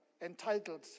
entitled